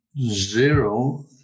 zero